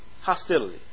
hostility